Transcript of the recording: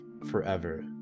forever